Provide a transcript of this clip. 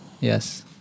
Yes